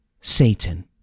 Satan